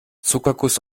zuckerguss